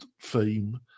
theme